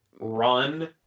run